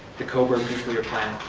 the covra nuclear plant,